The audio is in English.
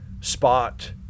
Spot